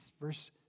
Verse